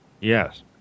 Yes